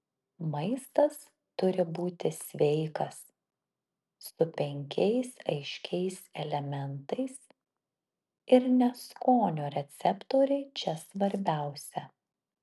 maistas turi būti sveikas su penkiais aiškiais elementais ir ne skonio receptoriai čia svarbiausia